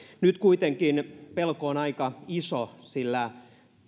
nyt kuitenkin pelko on aika iso sillä